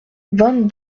vingt